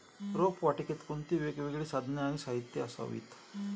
रोपवाटिकेत कोणती वेगवेगळी साधने आणि साहित्य असावीत?